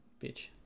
bitch